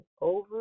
over